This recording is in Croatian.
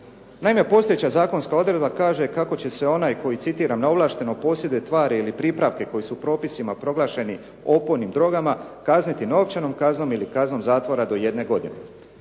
Naime, postojeća zakonska odredba kaže kako će se onaj koji citiram: "neovlašteno posjeduje tvari ili pripravke koji su propisima proglašeni opojnim drogama kazniti novčanom kaznom ili kaznom zatvora do 1 godine."